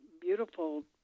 beautiful